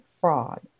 fraud